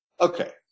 Okay